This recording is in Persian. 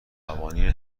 قوانین